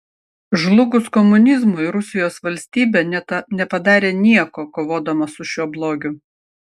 žlugus komunizmui rusijos valstybė nepadarė nieko kovodama su šiuo blogiu